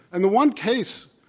and the one case,